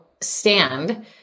stand